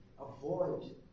avoid